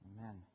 Amen